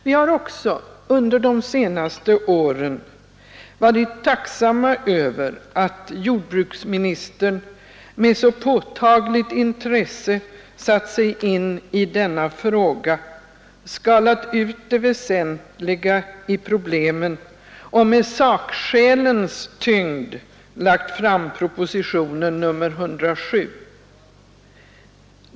Vi är också tacksamma över att jordbruksministern med så påtagligt intresse satt sig in i denna fråga, skalat ut det väsentliga i problemen och med sakskälens tyngd lagt fram proposition 107.